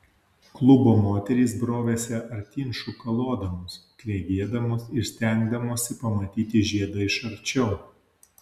klubo moterys brovėsi artyn šūkalodamos klegėdamos ir stengdamosi pamatyti žiedą iš arčiau